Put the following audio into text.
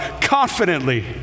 Confidently